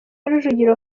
rujugiro